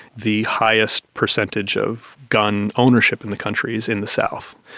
the highest percentage of gun ownership in the country is in the south.